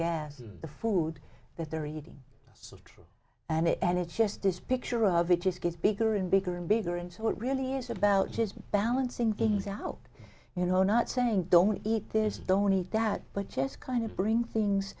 or the food that they're eating so true and it and it just this picture of it just gets bigger and bigger and bigger and so it really is about just balancing things out you know not saying don't eat this don't eat that but just kind of bring things